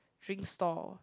drink stall